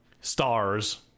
stars